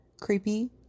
creepy